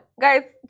guys